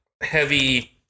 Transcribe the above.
heavy